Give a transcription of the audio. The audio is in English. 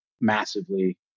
massively